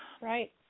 Right